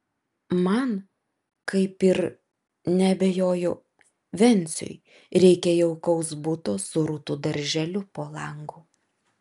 man kaip ir neabejoju venciui reikia jaukaus buto su rūtų darželiu po langu